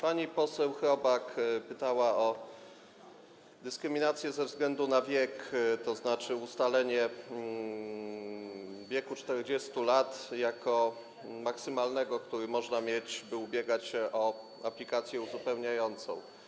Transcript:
Pani poseł Chrobak pytała o dyskryminację ze względu na wiek, tzn. ustalenie wieku 40 lat jako maksymalnego, który można mieć, by ubiegać się o aplikację uzupełniającą.